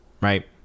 right